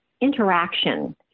interaction